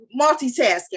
multitasking